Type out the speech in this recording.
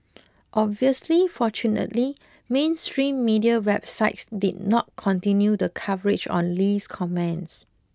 obviously fortunately mainstream media websites did not continue the coverage on Lee's comments